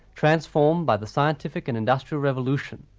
transformed by the scientific and industrial revolution,